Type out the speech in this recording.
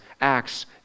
Acts